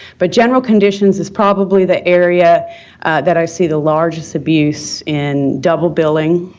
but general conditions is probably the area that i see the largest abuse in double billing,